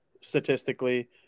statistically